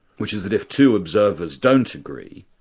which is that if two observers don't agree,